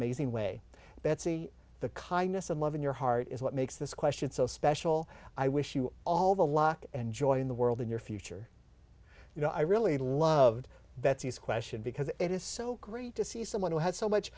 amazing way betsy the kindness of love in your heart is what makes this question so special i wish you all the lock and joy in the world in your future you know i really loved betty's question because it is so great to see someone who had so much